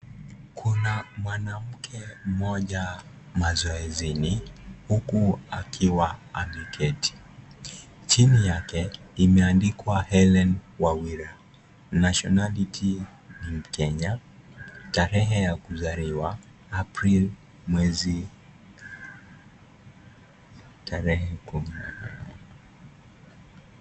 Kuna mwanamke mmoja mazoezini huku akiwa ameketi. Chini yake imeandikwa Hellen Wawira, nationality : ni mkenya, tarehe ya kuzaliwa: April .